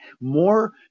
More